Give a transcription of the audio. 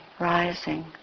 rising